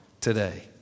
today